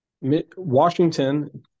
Washington